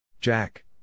Jack